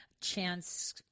chance